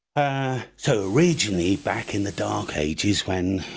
ah so originally back in the dark ages when